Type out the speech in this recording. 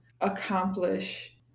accomplish